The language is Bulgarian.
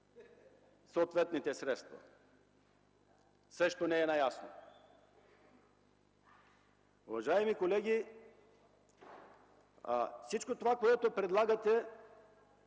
съответните средства. Това също не е ясно. Уважаеми колеги, всичко това, което предлагате,